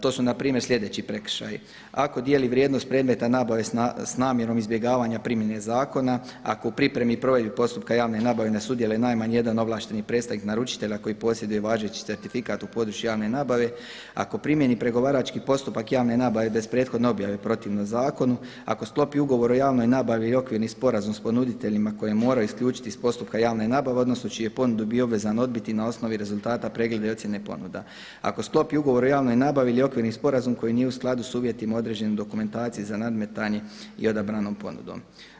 To su npr. sljedeći prekršaji, ako dijeli vrijednost predmeta nabave s namjerom izbjegavanja primjene zakona, ako u pripremi provedbe postupka javne nabave ne sudjeluje najmanje jedan ovlašteni predstavnik naručitelja koji posjeduje važeći certifikat u području javne nabave, ako primjeni pregovarački postupak javne nabave bez prethodne objave protivno zakonu, ako sklopi ugovor o javnoj nabavi i okvirni sporazum s ponuditeljima koji moraju isključiti iz postupka javne nabave odnosno čiju je ponudi bio obvezan odbiti na osnovi rezultata pregleda i ocjene ponuda, ako sklopi ugovor o javnoj nabavi ili okvirni sporazum koji nije u skladu s uvjetima određenim dokumentaciji za nadmetanje i odabranom ponudom.